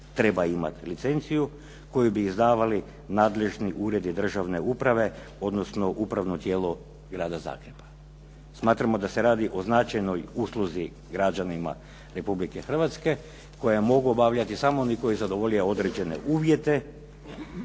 treba imati licencu koju bi izdavali nadležni uredi državne uprave, odnosno upravno tijelo Grada Zagreba. Smatramo da se radi o značajnoj usluzi građanima Republike Hrvatske koje mogu obavljati samo oni koji zadovolje određene uvjete,